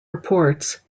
reports